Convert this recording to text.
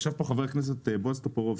ישב פה חבר הכנסת בועז טופורובסקי,